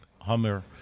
Hummer